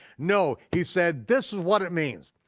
no, he said this is what it means.